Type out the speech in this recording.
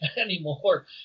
anymore